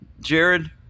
Jared